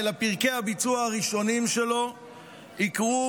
אלא פרקי הביצוע הראשונים שלו יקרו